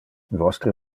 vostre